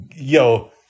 Yo